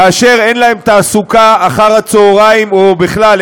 כאשר אין להם תעסוקה אחר-הצהריים או בכלל,